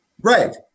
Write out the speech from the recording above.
Right